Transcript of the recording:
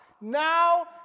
now